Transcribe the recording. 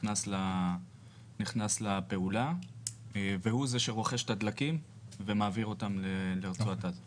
נכנס לפעולה והוא זה שרוכש את הדלקים ומעביר אותם לרצועת עזה.